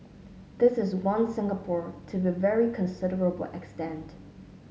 this is one Singapore to be a very considerable extent